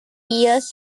years